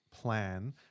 plan